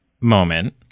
moment